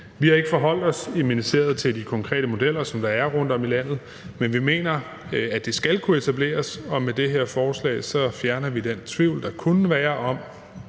ikke forholdt os til de konkrete modeller, som der er rundtom i landet, men vi mener, at det skal kunne etableres, og med det her forslag fjerner vi den tvivl, der kunne være om,